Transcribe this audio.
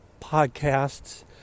podcasts